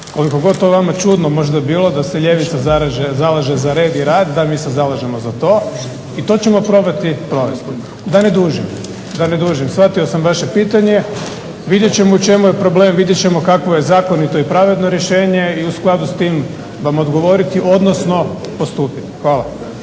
koliko god to vama čudno možda bilo da se ljevica zalaže za red i rad da mi se zalažemo za to i to ćemo probati provesti. Da ne dužim, shvatio sam vaše pitanje. Vidjet ćemo u čemu je problem, vidjet ćemo kakvo je zakonito i pravedno rješenje i u skladu s tim vam odgovoriti, odnosno postupiti. Hvala.